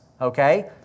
okay